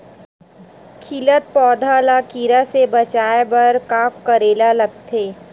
खिलत पौधा ल कीरा से बचाय बर का करेला लगथे?